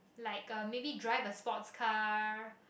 like um maybe drive a sports car